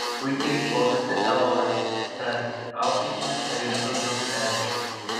puikiai kovėsi losc auklėtinis airidas danusevičius